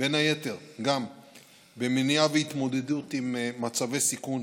בין היתר במניעה והתמודדות עם מצבי סיכון,